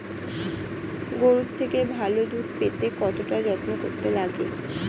গরুর থেকে ভালো দুধ পেতে কতটা যত্ন করতে লাগে